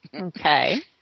Okay